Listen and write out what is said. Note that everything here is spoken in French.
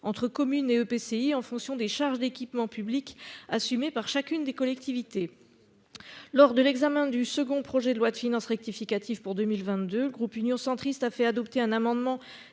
entre communes et EPCI en fonction des charges d'équipements publics assumées par chacune des collectivités. Lors de l'examen du second projet de loi de finances rectificative pour 2022, le groupe Union centriste a fait adopter un amendement